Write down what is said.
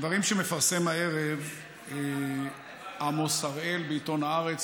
דברים שמפרסם הערב עמוס הראל בעיתון הארץ,